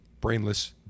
brainless